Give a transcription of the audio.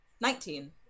Nineteen